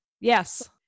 Yes